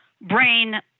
brain